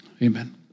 Amen